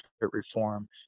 reform